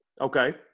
Okay